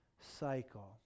cycle